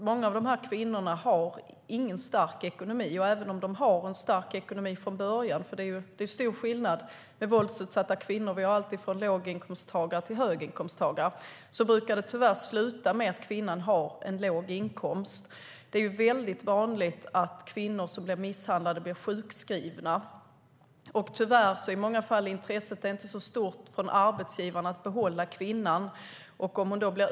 Många av kvinnorna har nämligen ingen stark ekonomi. Det är dock stor skillnad bland våldsutsatta kvinnor, och vi har alltifrån låginkomsttagare till höginkomsttagare. Men även om de har en stark ekonomi från början brukar det tyvärr sluta med att kvinnan har en låg inkomst. Det är väldigt vanligt att kvinnor som blir misshandlade blir sjukskrivna, och tyvärr är intresset från arbetsgivaren för att behålla kvinnan i många fall inte så stort.